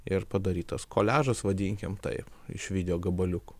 ir padarytas koliažas vadinkim tai iš video gabaliukų